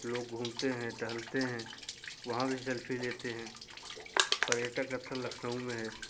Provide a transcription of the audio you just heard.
लोग घूमते हैं टहलते हैं वहाँ भी सेल्फी लेते हैं पर्यटक स्थल लखनऊ में है